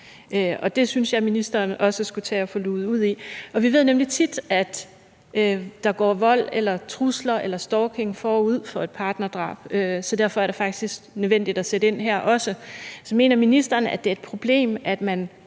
det synes jeg ministeren også skulle tage at få luget ud i. Vi ved nemlig, at der tit går vold eller trusler eller stalking forud for et partnerdrab, så derfor er det faktisk nødvendigt også at sætte ind her. Mener ministeren, det er et problem, at man